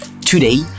Today